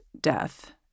death